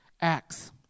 Acts